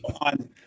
on